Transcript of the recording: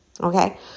okay